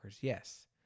yes